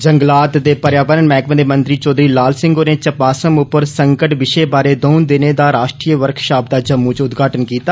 जंगलात ते पर्यावरण मैहकमे दे मंत्री चौधरी लाल सिंह होरें पर्यावरण उप्पर संकट आह्ले विशे बारै दऊं दिनें दी राश्ट्रीय वर्कषाप दा उदघाटन कीता